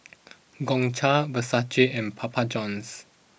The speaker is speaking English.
Gongcha Versace and Papa Johns